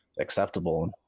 acceptable